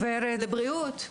בבריאות,